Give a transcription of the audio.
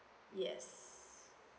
yes